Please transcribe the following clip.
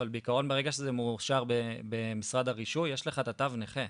אבל בעיקרון ברגע שזה מאושר במשרד הרישוי יש לך את התו נכה.